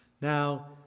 Now